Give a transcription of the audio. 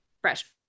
fresh